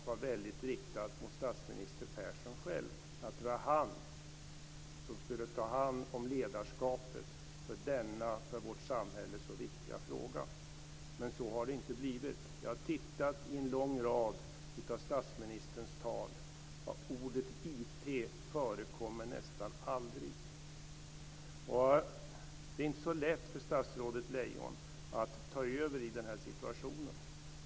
Carl Bildts krav var riktat mot statsminister Persson själv. Det borde vara han som tog hand om ledarskapet för denna för vårt samhälle så viktiga fråga, men så har det inte blivit. Jag har tittat i en lång rad av statsministerns tal. Ordet IT förekommer nästan aldrig. Det är inte så lätt för statsrådet Lejon att ta över i den här situationen.